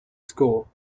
score